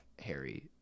Harry –